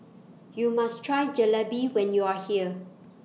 YOU must Try Jalebi when YOU Are here